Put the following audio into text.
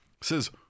says